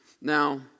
Now